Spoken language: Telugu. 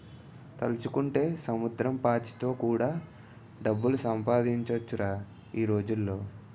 తలుచుకుంటే సముద్రం పాచితో కూడా డబ్బులు సంపాదించొచ్చురా ఈ రోజుల్లో